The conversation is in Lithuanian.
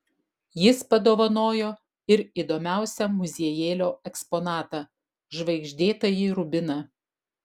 jis padovanojo ir įdomiausią muziejėlio eksponatą žvaigždėtąjį rubiną